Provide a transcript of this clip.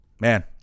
Man